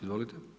Izvolite.